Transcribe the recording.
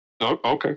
Okay